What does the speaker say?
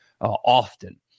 often